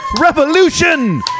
Revolution